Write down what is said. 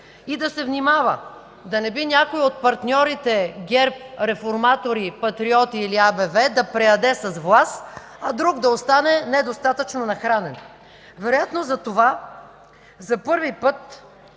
И да се внимава да не би някой от партньорите на ГЕРБ – реформатори, патриоти или АБВ да преяде с власт, а друг да остане недостатъчно нахранен. Вероятно затова за първи път